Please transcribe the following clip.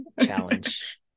challenge